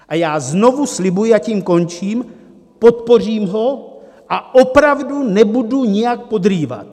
A já znovu slibuji, a tím končím, podpořím ho a opravdu nebudu nijak podrývat.